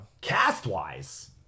Cast-wise